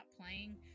playing